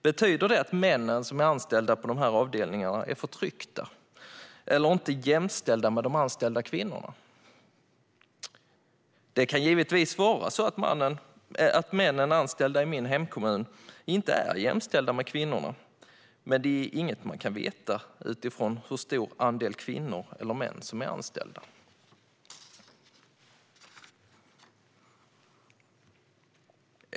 Betyder det att männen som är anställda på de avdelningarna är förtryckta eller inte jämställda med de anställda kvinnorna? Det kan givetvis vara så att män anställda i min hemkommun inte är jämställda med kvinnorna, men det är inget man kan veta utifrån hur stor andel kvinnor eller män som är anställda.